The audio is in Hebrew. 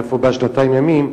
איפה בא שנתיים ימים?